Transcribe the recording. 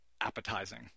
appetizing